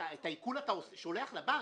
את העיקול אתה שולח לבנק,